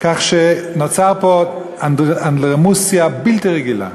כך שנוצרה פה אנדרלמוסיה בלתי רגילה,